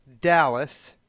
Dallas